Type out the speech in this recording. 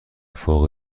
فوق